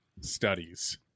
studies